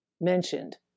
mentioned